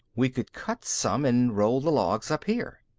we could cut some and roll the logs up here.